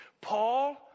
Paul